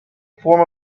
form